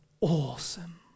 awesome